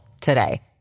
today